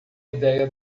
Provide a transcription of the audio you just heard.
ideia